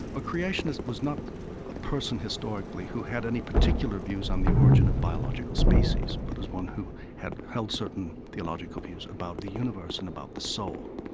a creationist was not a person, historically, who had any particular views on the origin of biological species, but as one who had held certain theological views about the universe and about the soul